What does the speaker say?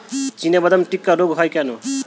চিনাবাদাম টিক্কা রোগ হয় কেন?